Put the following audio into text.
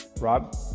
Rob